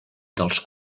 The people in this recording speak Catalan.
dels